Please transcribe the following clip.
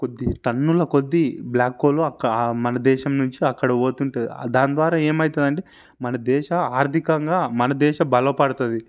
కొద్ది టన్నుల కొద్దీ బ్లాక్ కోల్ అక్క ఆ మన దేశం నుంచి అక్కడకి పోతుంటుంది దాని ద్వారా ఏమవుతుంది అంటే మన దేశ ఆర్థికంగా మన దేశం బలపడుతుంది